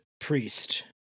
priest